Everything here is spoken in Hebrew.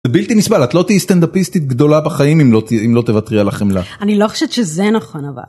בלתי נסבל את לא תהיה סטנדאפיסטית גדולה בחיים אם לא תוותרי על החמלה. אני לא חושבת שזה נכון אבל.